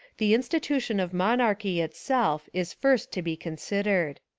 the institution of monarchy itself is first to be con sidered.